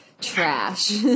trash